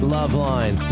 Loveline